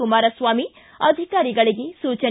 ಕುಮಾರಸ್ವಾಮಿ ಅಧಿಕಾರಿಗಳಿಗೆ ಸೂಚನೆ